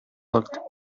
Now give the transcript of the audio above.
looked